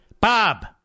Bob